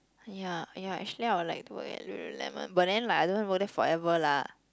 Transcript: ya ya actually I would like to work at lulu-lemon but then like I don't want work there forever lah